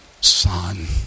son